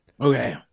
okay